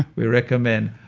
we recommend.